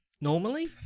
normally